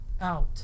out